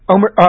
Omer